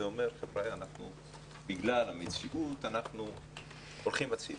ואומר: בגלל המציאות אנחנו הולכים הצדה.